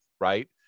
right